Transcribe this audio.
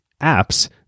apps